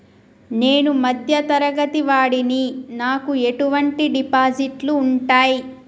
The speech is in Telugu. నేను మధ్య తరగతి వాడిని నాకు ఎటువంటి డిపాజిట్లు ఉంటయ్?